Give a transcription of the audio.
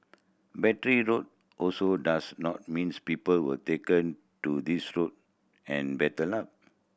Battery Road also does not means people were taken to this road and battered up